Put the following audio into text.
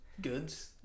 goods